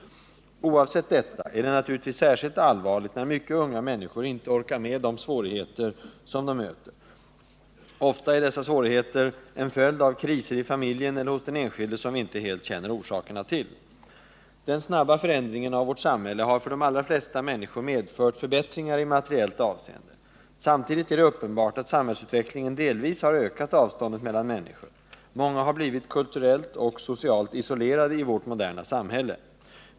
Oavsett detta är det naturligtvis särskilt allvarligt när mycket unga människor inte orkar med de svårigheter som de möter. Ofta är dessa svårigheter en följd av kriser i familjen eller hos den enskilde som vi inte helt känner orsakerna till. Den snabba förändringen av vårt samhälle har för de allra flesta människor medfört förbättringar i materiellt avseende. Samtidigt är det uppenbart att samhällsutvecklingen delvis har ökat avståndet mellan människor. Många har blivit kulturellt och socialt isolerade i vårt moderna samhälle.